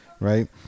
right